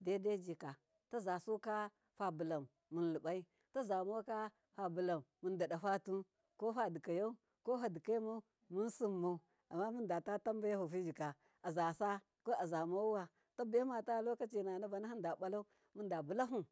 daidai jika tazasuka fabulan milibai tazamauka fabulan mundadafatu, ko fadikau ko fadikaimau munsimau amma nundatatanbehu fijika azasa ko azamauwa tabaimata lokaci nafu bafada balau munda bulahu.